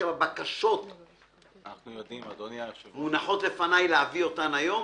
כמה בקשות מונחות לפניי להביא אותן היום?